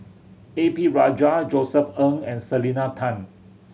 A P Rajah Josef Ng and Selena Tan